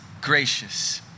gracious